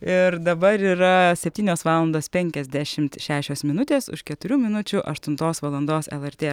ir dabar yra septynios valandos penkiasdešimt šešios minutės už keturių minučių aštuntos valandos lrt